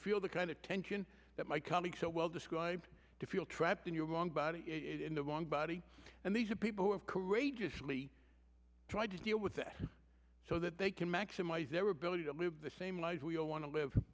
feel the kind of tension that my colleagues are well described to feel trapped in your wrong body in the wrong body and these are people who have courageously tried to deal with that so that they can maximize their ability to move the same lives we all want to live